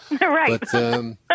Right